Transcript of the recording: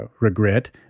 regret